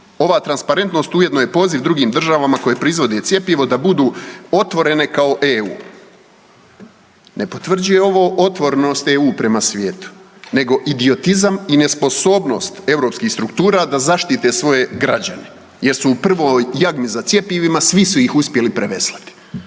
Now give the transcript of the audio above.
Ova transparentnost ujedno je poziv drugim državama koje proizvode cjepivo da bude otvorene kao EU. Ne potvrđuje ovo otvorenost EU prema svijetu nego idiotizam i nesposobnost europskih struktura da zaštite svoje građane jer su u prvoj jagmi za cjepivima svi su ih uspjeli preveslati.